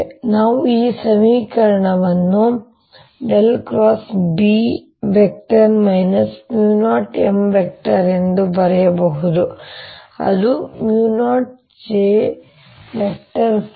ಆದ್ದರಿಂದ ನಾನು ಈ ಸಮೀಕರಣವನ್ನು B 0M ಎಂದು ಬರೆಯಬಹುದು ಅದು 0jfree